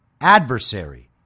adversary